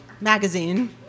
Magazine